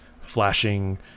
flashing